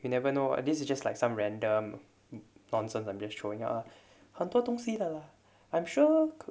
you never know what this is just like some random nonsense I'm just throwing out lah 很多东西的 lah I'm sure